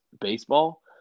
baseball